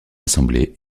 assemblée